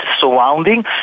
surrounding